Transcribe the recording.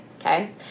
Okay